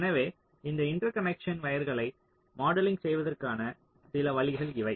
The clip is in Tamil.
எனவே இந்த இன்டர்கனேக்ஷன் வயர்களை மாடலிங் செய்வதற்கான சில வழிகள் இவை